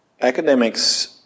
academics